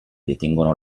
detengono